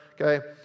okay